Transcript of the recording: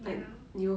ya